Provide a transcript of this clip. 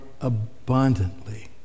abundantly